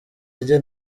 rye